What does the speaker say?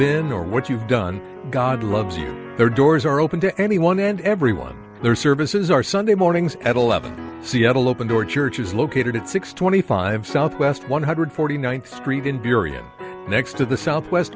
been or what you've done god loves you there doors are open to anyone and everyone their services are sunday mornings at eleven seattle open door church is located at six twenty five south west one hundred forty ninth street in period next to the southwest